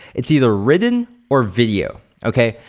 it's either written or video okay?